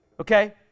Okay